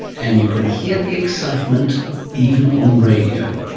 and you can hear the excitement even on radio,